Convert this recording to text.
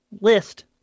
list